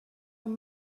were